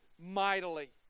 mightily